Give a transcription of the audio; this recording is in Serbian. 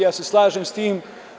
Ja se slažem sa tim.